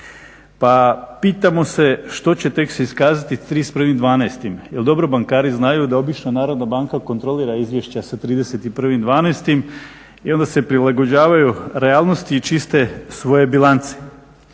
Pa pitamo se što će tek se iskazati s 31.12.? Jer dobro bankari znaju da obično Narodna banka kontrolira izvješća sa 31.12. i onda se prilagođavaju realnosti i čiste svoje bilance.